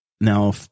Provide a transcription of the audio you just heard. now